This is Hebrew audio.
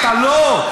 לא.